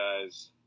guys